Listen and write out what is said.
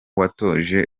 watoje